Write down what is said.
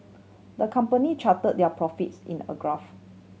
the company charted their profits in a graph